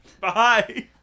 Bye